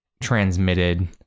transmitted